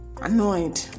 annoyed